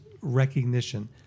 recognition